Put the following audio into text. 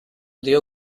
dio